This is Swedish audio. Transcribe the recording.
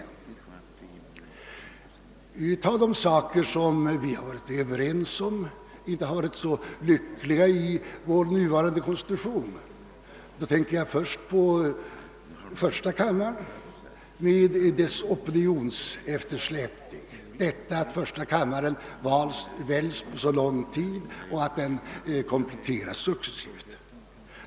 Jag tänker härvid på kritiken mot första kammaren med dess opinionseftersläpning, förorsakad av att kammarens ledamöter väljs på så lång tid och ersätts successivt.